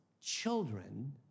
children